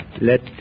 Let